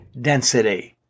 density